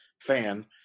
fan